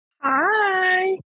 Hi